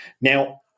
Now